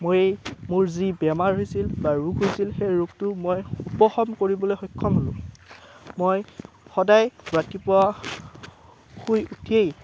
মই এই মোৰ যি বেমাৰ হৈছিল বা ৰোগ হৈছিল সেই ৰোগটো মই উপশম কৰিবলৈ সক্ষম হ'লোঁ মই সদায় ৰাতিপুৱা শুই উঠিয়েই